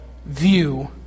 View